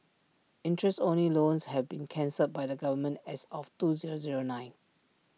interest only loans have been cancelled by the government as of two zero zero nine